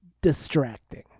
distracting